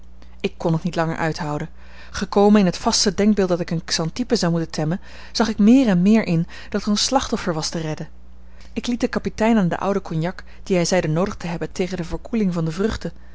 ik kon het niet langer uithouden gekomen in het vaste denkbeeld dat ik eene xantippe zou moeten temmen zag ik meer en meer in dat er een slachtoffer was te redden ik liet den kapitein aan de oude cognac die hij zeide noodig te hebben tegen de verkoeling van de vruchten